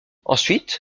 ensuite